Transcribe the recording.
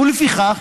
ולפיכך,